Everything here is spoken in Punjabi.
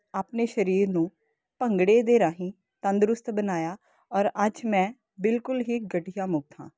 ਆਪਣੇ ਸਰੀਰ ਨੂੰ ਭੰਗੜੇ ਦੇ ਰਾਹੀਂ ਤੰਦਰੁਸਤ ਬਣਾਇਆ ਔਰ ਅੱਜ ਮੈਂ ਬਿਲਕੁਲ ਹੀ ਗਠੀਆ ਮੁਕਤ ਹਾਂ